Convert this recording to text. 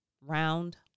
Round